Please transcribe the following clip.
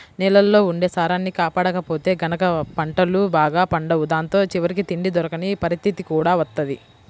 నేలల్లో ఉండే సారాన్ని కాపాడకపోతే గనక పంటలు బాగా పండవు దాంతో చివరికి తిండి దొరకని పరిత్తితి కూడా వత్తది